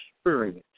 experience